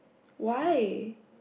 why